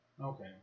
Okay